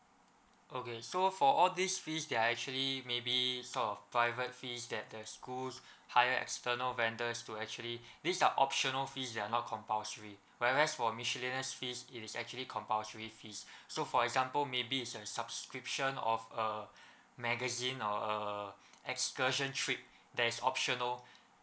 okay so for all these fees they're actually maybe sort of private fees that the schools hire external vendors to actually these are optional fees ya not compulsory whereas for miscellaneous fee it is actually compulsory fees so for example maybe it is a subscription of uh magazine or uh excursion trip that is optional